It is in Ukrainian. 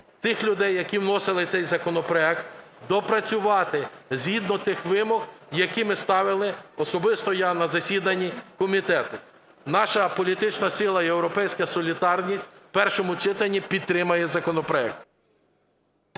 тих людей, які вносили цей законопроект: доопрацювати згідно тих вимог, які ми ставили, особисто я на засіданні комітету. Наша політична сила "Європейська солідарність" у першому читанні підтримає законопроект.